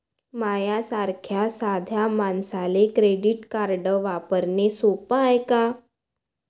माह्या सारख्या साध्या मानसाले क्रेडिट कार्ड वापरने सोपं हाय का?